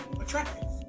attractive